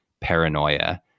paranoia